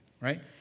right